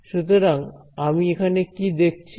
সুতরাং আমি এখানে কি দেখছি